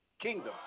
Kingdom